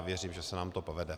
Věřím, že se nám to povede.